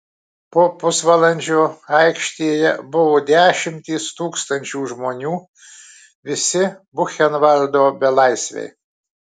po pusvalandžio aikštėje buvo dešimtys tūkstančių žmonių visi buchenvaldo belaisviai